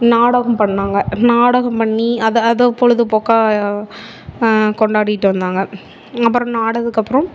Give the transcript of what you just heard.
நாடகம் பண்ணிணாங்க நாடகம் பண்ணி அதை அதை பொழுதுபோக்கா கொண்டாடிகிட்டு வந்தாங்க அப்புறம் நாடகக்கப்புறம்